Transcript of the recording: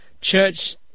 church